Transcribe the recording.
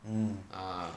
mm